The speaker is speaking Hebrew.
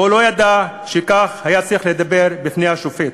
או לא ידע שכך היה צריך לדבר בפני השופט,